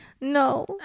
No